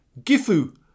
Gifu